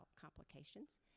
complications